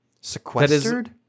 sequestered